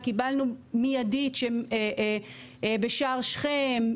קיבלנו מידית שבשער שכם,